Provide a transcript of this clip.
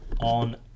on